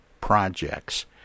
projects